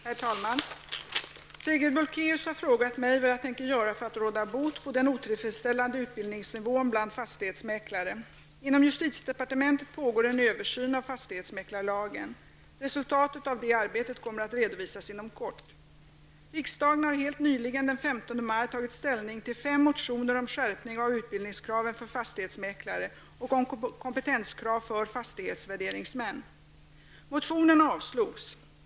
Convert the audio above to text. Herr talman! Sigrid Bolkéus har frågat mig vad jag tänker göra för att råda bot på den otillfredsställande utbildningsnivån bland fastighetsmäklare. Inom justitiedepartementet pågår en översyn av fastighetsmäklarlagen. Resultatet av det arbetet kommer att redovisas inom kort. Riksdagen har helt nyligen, den 15 maj, tagit ställning till fem motioner om skärpning av utbildningskraven för fastighetsmäklare och om kompetenskrav för fastighetsvärderingsmän. Motionerna avslogs.